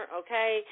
okay